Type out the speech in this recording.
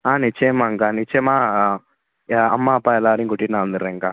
ஆ நிச்சயமாங்கக்கா நிச்சயமாக என் அம்மா அப்பா எல்லாேரையும் கூட்டிகிட்டு நான் வந்துடுறேங்க்கா